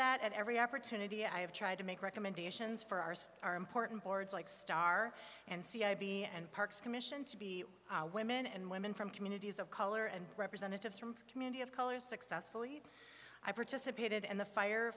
that at every opportunity i have tried to make recommendations for ours are important boards like star and c i b and parks commission to be women and women from communities of color and representatives from community of color successfully i participated in the fire